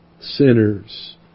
sinners